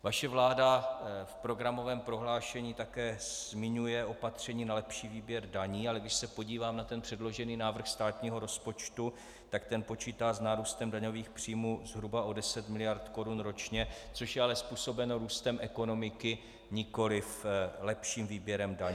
Vaše vláda v programovém prohlášení také zmiňuje opatření na lepší výběr daní, ale když se podívám na předložený návrh státního rozpočtu, tak ten počítá s nárůstem daňových příjmů zhruba o 10 mld. korun ročně, což je ale způsobeno růstem ekonomiky, nikoliv lepším výběrem daní.